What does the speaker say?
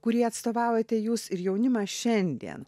kurį atstovaujate jūs ir jaunimą šiandien